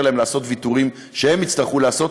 להם לעשות ויתורים שהם יצטרכו לעשות,